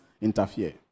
interfere